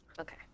Okay